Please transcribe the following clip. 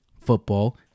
football